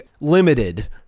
limited